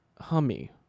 hummy